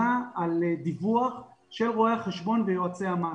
על דיווח של רואי החשבון ויועצי המס.